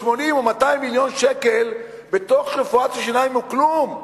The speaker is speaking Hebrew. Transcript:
80 או 200 מיליון שקל בתוך רפואת השיניים הוא כלום.